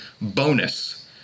bonus